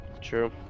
True